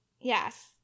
Yes